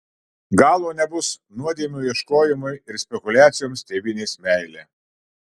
galo nebus nuodėmių ieškojimui ir spekuliacijoms tėvynės meile